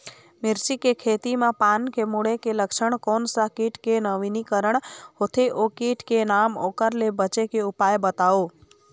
मिर्ची के खेती मा पान के मुड़े के लक्षण कोन सा कीट के नवीनीकरण होथे ओ कीट के नाम ओकर ले बचे के उपाय बताओ?